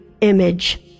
image